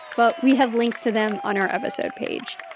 but we have links to them on our episode page